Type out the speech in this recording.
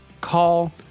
call